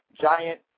giant